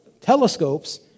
telescopes